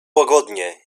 łagodnie